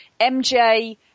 MJ